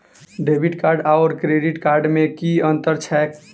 Debit card आओर credit card मे की अन्तर छैक?